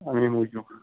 اَمے موٗجوٗب